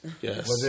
Yes